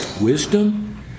wisdom